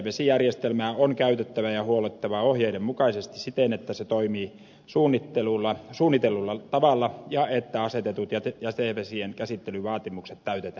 jätevesijärjestelmää on käytettävä ja huollettava ohjeiden mukaisesti siten että se toimii suunnitellulla tavalla ja että asetetut jätevesien käsittelyvaatimukset täytetään